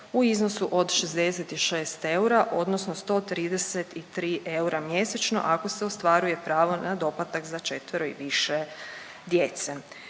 u iznosu od 66 eura odnosno 133 eura mjesečno ako se ostvaruje pravo na doplatak za 4. i više djece.